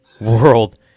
world